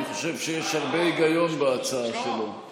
אני חושב שיש הרבה היגיון בהצעה שלו.